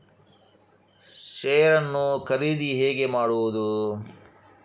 Share ನ್ನು ಖರೀದಿ ಹೇಗೆ ಮಾಡುವುದು?